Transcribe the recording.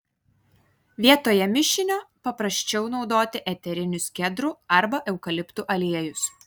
vietoje mišinio paprasčiau naudoti eterinius kedrų arba eukaliptų aliejus